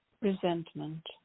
resentment